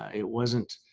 it wasn't,